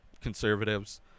Conservatives